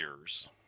years